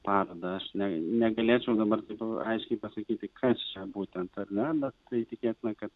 parodą aš ne negalėčiau dabar taip aiškiai pasakyti kad čia būtent ar ne bet tai tikėtina kad